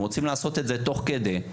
הם רוצים לעשות את זה תוך כדי.